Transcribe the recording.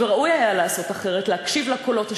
וראוי היה לעשות את זה אחרת: להקשיב לקולות השונים,